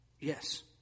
Yes